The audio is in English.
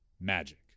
Magic